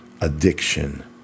addiction